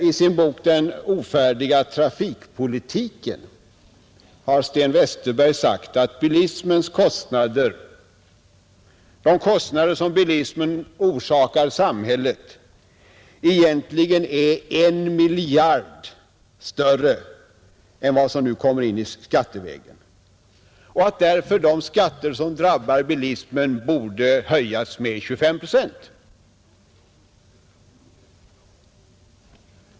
I sin bok Den ofärdiga trafikpolitiken har Sten Westerberg sagt att — 13 maj 1971 de kostnader som bilismen orsakar samhället egentligen är 1 miljard kronor större än vad som nu kommer in skattevägen och att därför de skatter som drabbar bilismen borde höjas med 25 procent.